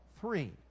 three